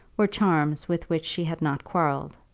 were charms with which she had not quarrelled,